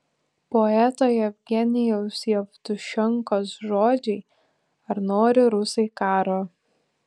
poeto jevgenijaus jevtušenkos žodžiai ar nori rusai karo